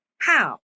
How